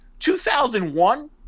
2001